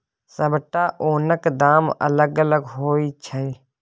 सबटा ओनक दाम अलग अलग होइ छै